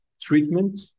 treatment